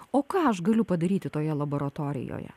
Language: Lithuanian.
o ką aš galiu padaryti toje laboratorijoje